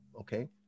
okay